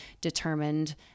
determined